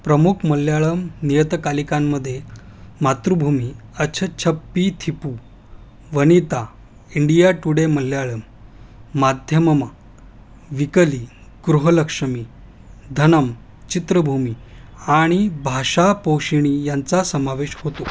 प्रमुख मल्याळम् नियतकालिकांमधे मातृभूमी अछचप्पी थिपू Vanitha India Today Malayalam Madhyamam weekly Grihalakshmi Dhanam Chithrabhumi आणि भाषा पोषिणी यांचा समावेश होतो